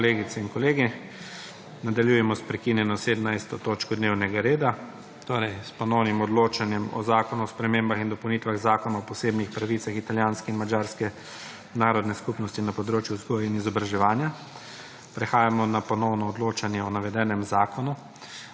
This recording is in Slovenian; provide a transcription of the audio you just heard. kolegice in kolegi! Nadaljujemo s prekinjeno17. točko dnevnega reda, to je s ponovnim odločanjem o Zakonu o spremembah in dopolnitvah Zakona o posebnih pravicah italijanske in madžarske narodne skupnosti na področju vzgoje in izobraževanja. Prehajamo na ponovno odločanje o navedenem zakonu.